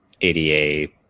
ADA